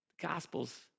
Gospels